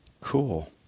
Cool